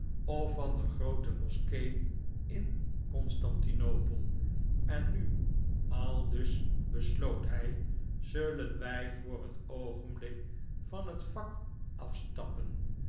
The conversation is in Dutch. of van de groote moskee in constantinopel en nu aldus besloot hij zullen wij voor het oogenblik van het vak afstappen